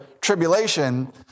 tribulation